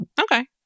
Okay